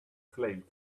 slate